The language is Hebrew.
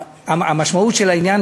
המשמעות של העניין,